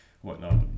whatnot